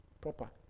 proper